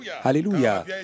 Hallelujah